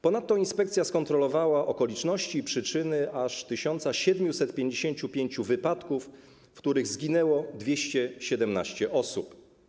Ponadto inspekcja skontrolowała okoliczności i przyczyny aż 1755 wypadków, w których zginęło 217 osób.